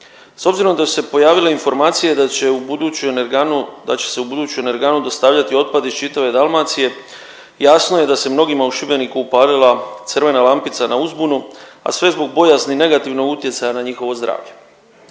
S obzirom da su se pojavile informacije da će u buduću energanu, da će se u buduću energanu dostavljati otpad iz čitave Dalmacije, jasno je da se mnogima u Šibeniku upalila crvena lampica na uzbunu, a sve zbog bojazni negativnog utjecaja na njihovo zdravlje.